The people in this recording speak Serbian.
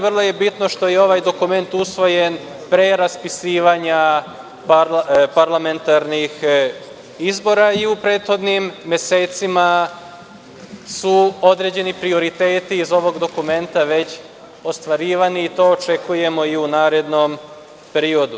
Vrlo je bitno što je ovaj dokument usvojen pre raspisivanja parlamentarnih izbora i u prethodnim mesecima su određeni prioriteti iz ovog dokumenta već ostvarivani, i to očekujemo i u narednom periodu.